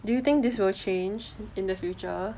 do you think this will change in the future